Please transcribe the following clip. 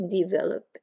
develop